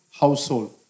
household